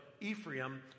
Ephraim